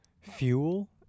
fuel